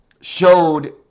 showed